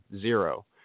Zero